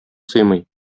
сыймый